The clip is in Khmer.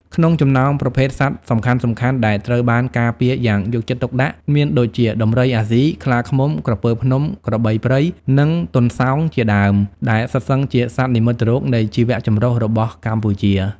ក្នុងចំណោមប្រភេទសត្វសំខាន់ៗដែលត្រូវបានការពារយ៉ាងយកចិត្តទុកដាក់ មានដូចជា ដំរីអាស៊ី ខ្លាឃ្មុំ ក្រពើភ្នំ ក្របីព្រៃ និងទន្សោងជាដើម ដែលសុទ្ធសឹងជាសត្វនិមិត្តរូបនៃជីវៈចម្រុះរបស់កម្ពុជា។